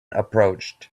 approached